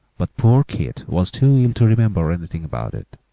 but poor keith was too ill to remember anything about it.